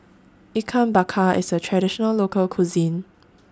Ikan Bakar IS A Traditional Local Cuisine